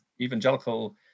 evangelical